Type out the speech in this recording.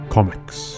Comics